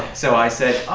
so i said,